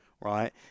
right